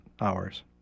hours